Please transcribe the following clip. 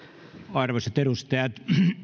arvoisat edustajat